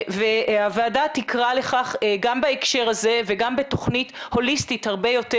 הוועדה תקרא לכך גם בהקשר הזה וגם בתוכנית הוליסטית הרבה יותר.